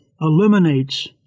eliminates